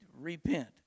repent